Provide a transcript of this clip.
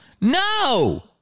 No